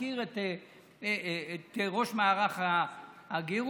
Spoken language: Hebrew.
הוא מכיר את ראש מערך הגרות,